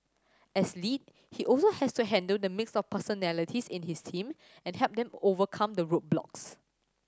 as lead he also has to handle the mix of personalities in his team and help them overcome the roadblocks